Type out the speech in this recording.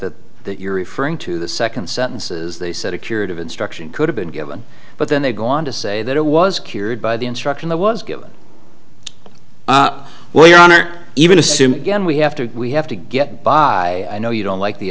paragraph that you're referring to the second sentences they said a curative instruction could have been given but then they go on to say that it was cured by the instruction that was given well your honor even assuming again we have to we have to get by i know you don't like the